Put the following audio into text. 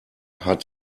hat